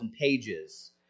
pages